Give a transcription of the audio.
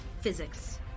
Physics